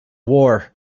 war